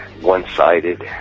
one-sided